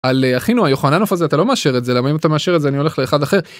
על אחינו היוחננוף הזה, אתה לא מאשר את זה. למה אם אתה מאשר את זה, אני הולך לאחד אחר.